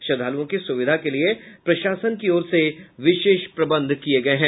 श्रद्धालुओं की सुविधा के लिए प्रशासन की ओर से विशेष प्रबंध किये गए हैं